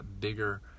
bigger